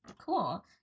Cool